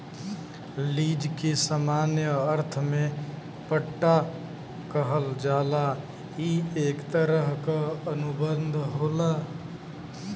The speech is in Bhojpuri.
लीज के सामान्य अर्थ में पट्टा कहल जाला ई एक तरह क अनुबंध होला